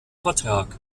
vertrag